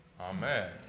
Amen